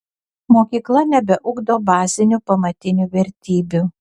mokykla nebeugdo bazinių pamatinių vertybių